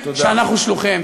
שאנחנו שלוחיהם.